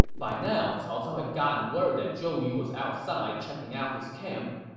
by now, cao cao had gotten word that zhou yu was outside checking out his camp.